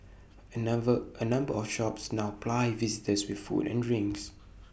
A number A number of shops now ply visitors with food and drinks